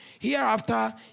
Hereafter